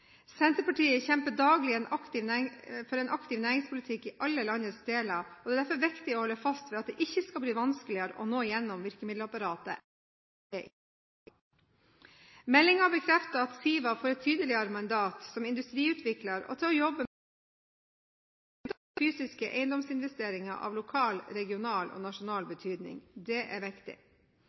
Senterpartiet kjemper daglig for en aktiv næringspolitikk i alle landets deler, og det er derfor viktig å holde fast ved at det ikke skal bli vanskeligere å nå gjennom i virkemiddelapparatet enn det er i dag. Meldingen bekrefter at SIVA får et tydeligere mandat som industriutvikler og til å jobbe med større prosjekter knyttet til fysiske eiendomsinvesteringer av lokal, regional og nasjonal betydning. Det er viktig.